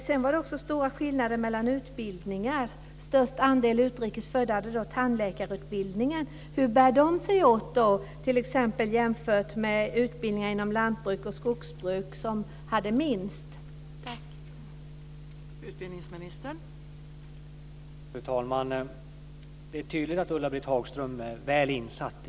Sedan var det också stora skillnader mellan utbildningar. Störst andel utrikes födda hade tandläkarutbildningen. Hur bär man sig åt inom den utbildningen t.ex. jämfört med utbildningar inom lantbruk och skogsbruk, som hade minst andel?